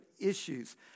issues